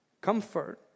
Comfort